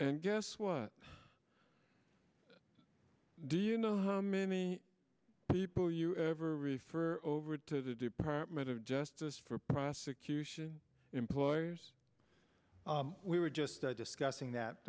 and guess what do you know how many people you ever refer are over to the department of justice for prosecution employers we were just discussing that